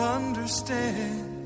understand